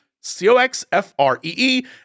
C-O-X-F-R-E-E